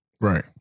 Right